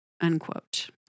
unquote